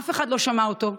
אף אחד לא שמע אותו,